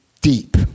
deep